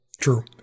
True